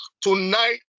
Tonight